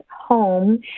home